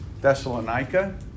Thessalonica